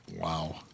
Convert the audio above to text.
Wow